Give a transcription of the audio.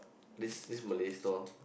this this Malay store